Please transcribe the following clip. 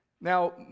Now